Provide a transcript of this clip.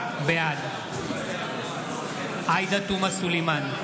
בעד עאידה תומא סלימאן,